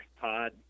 Todd